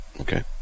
Okay